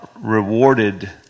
rewarded